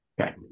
okay